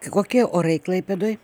kokie orai klaipėdoj